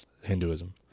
Hinduism